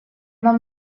нам